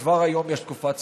וכבר היום יש תקופת צינון,